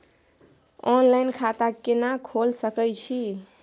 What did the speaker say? Online खाता केना खोले सकै छी?